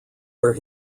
where